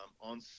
on